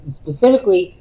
specifically